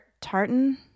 Tartan